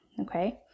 Okay